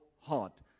heart